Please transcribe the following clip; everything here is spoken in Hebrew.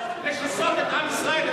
למזרחים?